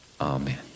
amen